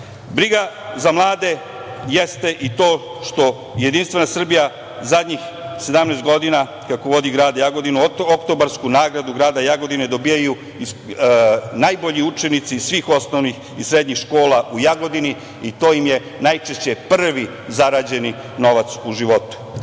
za mlade jeste i to što JS zadnjih 17 godina, kako vodi grad Jagodinu, Oktobarsku nagradu grada Jagodine dobijaju najbolji učenici svih osnovnih i srednjih škola u Jagodini i to im je najčešće prvi zarađen novac u životu. Briga